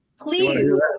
Please